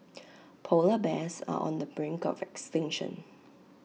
Polar Bears are on the brink of extinction